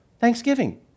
Thanksgiving